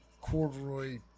corduroy